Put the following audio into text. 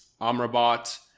Amrabat